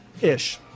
ish